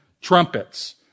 trumpets